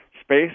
Space